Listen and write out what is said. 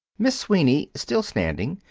miss sweeney, still standing,